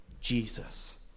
Jesus